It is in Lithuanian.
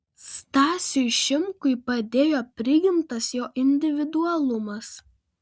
stasiui šimkui padėjo prigimtas jo individualumas